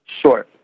Sure